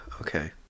Okay